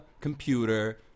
computer